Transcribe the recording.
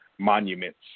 Monuments